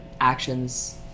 actions